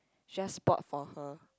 just bought for her